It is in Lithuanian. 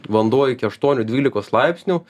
vanduo iki aštuonių dvylikos laipsnių